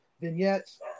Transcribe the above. vignettes